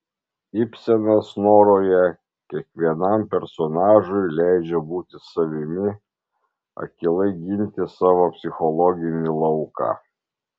ibsenas noroje kiekvienam personažui leidžia būti savimi akylai ginti savo psichologinį lauką